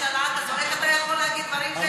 איך אתה יכול להגיד דברים כאלה?